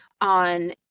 on